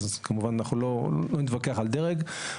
ואנחנו לא נתווכח על דרג,